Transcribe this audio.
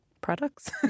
products